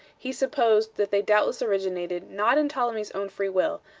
he supposed that they doubtless originated, not in ptolemy's own free will,